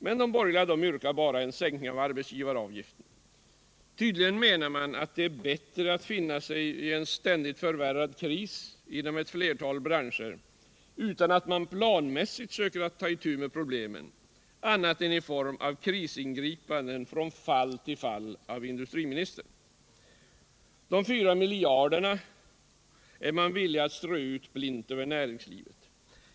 Men de borgerliga yrkar bara på en sänkning av arbetsgivaravgiften. Tydligen menar man att det är bättre att finna sig i en ständigt förvärrad kris genom ett flertal branscher utan att man planmässigt söker ta itu med problemen annat än i form av krisingripanden från fall till fall av industriministern. De 4 miljarderna är man villig att strö ut blint över näringslivet.